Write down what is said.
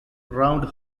round